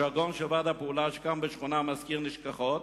הז'רגון של 'ועד הפעולה' שקם בשכונה מזכיר נשכחות.